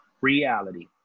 reality